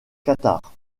cathares